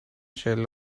چهل